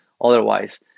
otherwise